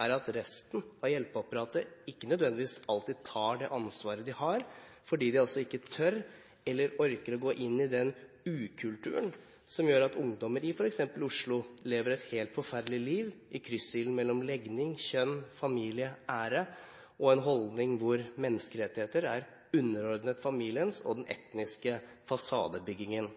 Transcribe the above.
er at resten av hjelpeapparatet ikke nødvendigvis alltid tar det ansvaret de har, fordi de ikke tør eller ikke orker å gå inn i den ukulturen som gjør at ungdommer i f.eks. Oslo lever et helt forferdelig liv i kryssilden mellom legning, kjønn, familie, ære og en holdning hvor menneskerettigheter er underordnet familiens fasadebygging og den etniske fasadebyggingen.